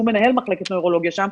שהוא מנהל מחלקת נוירולוגיה שם,